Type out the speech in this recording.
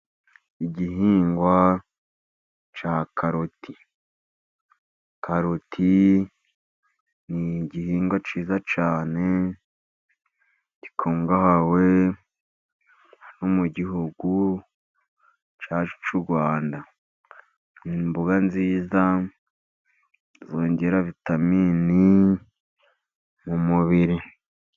Igihingwa cya karoti. Karoti ni igihingwa cyiza cyane gikungahaye no mu gihugu cyacu cy'u Rwanda. Ni imboga nziza zongera vitamini mu mubiri.